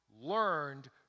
learned